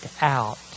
out